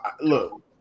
look